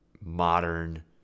modern